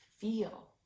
feel